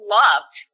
loved